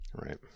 Right